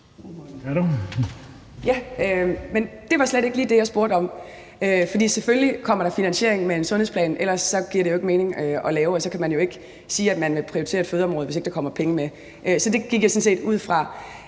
Men det var slet ikke lige det, jeg spurgte om. Selvfølgelig kommer der finansiering med en sundhedsplan, for ellers giver det ikke mening at lave den, og man kan jo ikke sige, at man vil prioritere fødeområdet, hvis der ikke kommer penge med. Så det gik jeg sådan set ud fra.